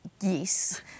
yes